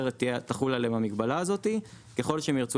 שתחול עליהן המגבלה הזאת ככל שהן ירצו